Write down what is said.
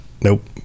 nope